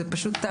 זה היה תענוג,